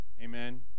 Amen